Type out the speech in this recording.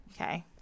okay